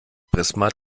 prisma